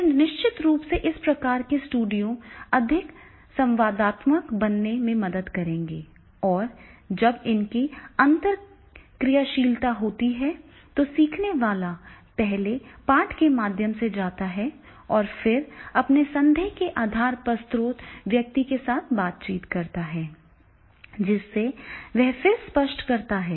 फिर निश्चित रूप से इस प्रकार के स्टूडियो अधिक संवादात्मक बनाने में मदद करेंगे और जब अधिक अन्तरक्रियाशीलता होती है तो सीखने वाला पहले पाठ के माध्यम से जाता है और फिर अपने संदेह के आधार पर स्रोत व्यक्ति के साथ बातचीत करता है जिसे वह फिर स्पष्ट करता है